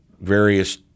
various